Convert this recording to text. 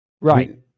right